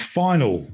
final